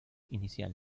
inicial